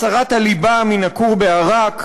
הסרת הליבה מן הכור באראק,